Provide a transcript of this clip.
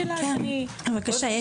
אז בבקשה,